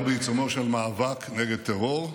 אנחנו בעיצומו של מאבק נגד טרור,